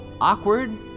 awkward